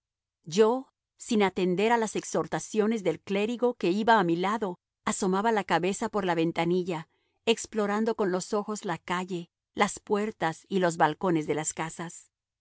yo sin atender a las exhortaciones del clérigo que iba a mi lado asomaba la cabeza por la ventanilla explorando con los ojos la calle las puertas y los balcones de las casas